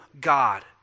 God